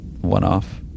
one-off